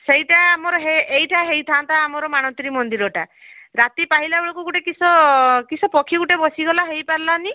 ସେଇଟା ଆମର ଏଇଟା ହେଇଥାନ୍ତା ଆମର ମାଣତ୍ରୀ ମନ୍ଦିରଟା ରାତି ପାହିଲା ବେଳକୁ ଗୋଟେ କିସ କିସ ପକ୍ଷୀ ଗୋଟେ ବସିଗଲା ହେଇ ପାରିଲାନି